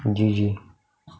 G_G